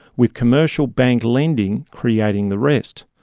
with commercial bank lending creating the rest.